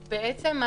בעצם,